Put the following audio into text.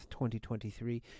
2023